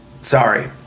Sorry